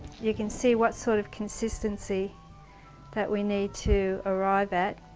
you can see what sort of consistency that we need to arrive at